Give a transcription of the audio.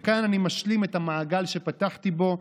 וכאן אני משלים את המעגל שפתחתי בו: